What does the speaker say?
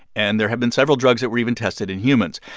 and there have been several drugs that were even tested in humans.